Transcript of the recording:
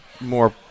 more